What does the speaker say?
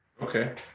Okay